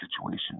situation